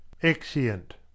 Exeunt